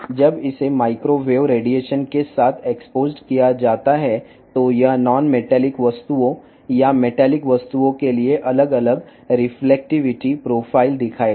ఎప్పుడైతే ఇది మైక్రోవేవ్ రేడియేషన్తో బహిర్గతమవుతుందో అప్పుడు ఇది లోహేతర వస్తువులు లేదా లోహ వస్తువులకు భిన్నమైన ప్రతిబింబ ప్రొఫైల్ను చూపుతుంది